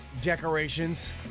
Decorations